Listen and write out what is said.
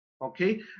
okay